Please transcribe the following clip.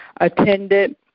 attended